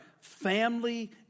family